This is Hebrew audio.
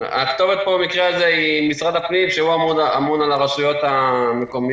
הכתובת פה במקרה הזה היא משרד הפנים שהוא אמון על הרשויות המקומיות.